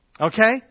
okay